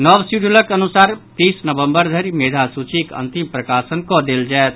नव शिड्यूलक अनुसार तीस नवम्बर धरि मेघा सूचीक अंतिम प्रकाशन कऽ देल जायत